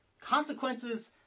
consequences